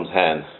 hand